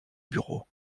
bureau